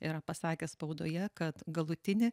yra pasakęs spaudoje kad galutinį